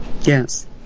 Yes